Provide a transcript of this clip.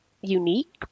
unique